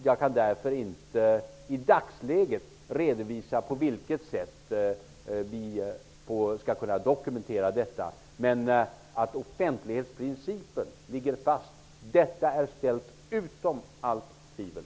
Jag kan därför inte i dagsläget redovisa på vilket sätt vi skall kunna dokumentera detta. Att offentlighetsprincipen ligger fast är ställt utom allt tvivel!